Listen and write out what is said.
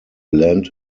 land